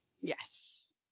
Yes